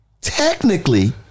technically